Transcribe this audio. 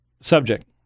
subject